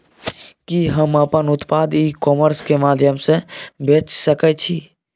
कि हम अपन उत्पाद ई कॉमर्स के माध्यम से बेच सकै छी?